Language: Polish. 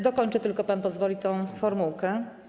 Dokończę tylko, pan pozwoli, tę formułkę.